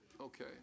Okay